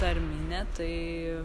tarminė tai